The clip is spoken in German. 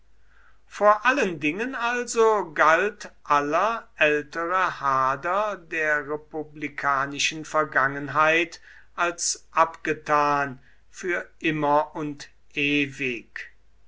vor allen dingen also galt aller ältere hader der republikanischen vergangenheit als abgetan für immer und ewig